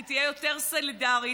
היא תהיה יותר סולידרית,